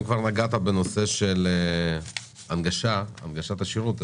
אם כבר נגעת בנושא של הנגשת השירות,